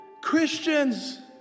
Christians